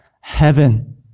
heaven